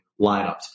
lineups